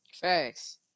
Thanks